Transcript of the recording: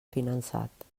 finançat